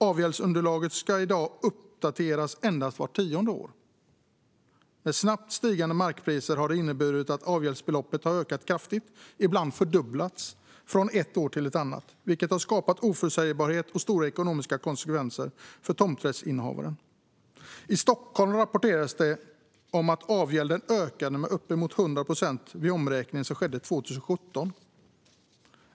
Avgäldsunderlaget ska i dag uppdateras endast vart tionde år. Med snabbt stigande markpriser har det inneburit att avgäldsbeloppet har ökat kraftigt och ibland fördubblats från ett år till ett annat, vilket har skapat oförutsägbarhet och stora ekonomiska konsekvenser för tomträttsinnehavaren. I Stockholm rapporterades det om att avgälden ökade med uppemot 100 procent vid den omräkning som skedde 2017.